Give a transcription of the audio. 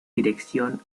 dirección